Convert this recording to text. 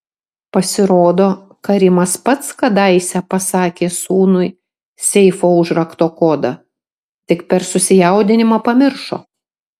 pasirodo karimas pats kadaise pasakė sūnui seifo užrakto kodą tik per susijaudinimą pamiršo